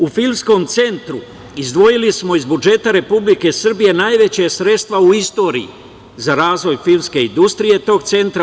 U Filskom centru izdvojili smo iz budžeta Republike Srbije najveća sredstva u istoriji za razvoj filmske industrije tog centra.